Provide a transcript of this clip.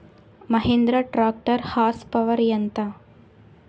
Mahindra tractor horsepower ఎంత?